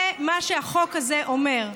זה מה שהחוק הזה אומר.